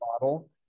model